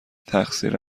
تقصیر